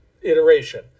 iteration